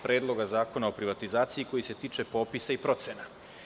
Predloga zakona o privatizaciji koji se tiče popisa i procena.